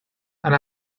and